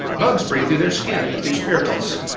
bugs breathe through their skin, through spiracles.